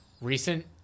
recent